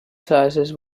sizes